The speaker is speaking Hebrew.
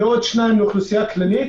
ועוד שניים לאוכלוסייה כללית,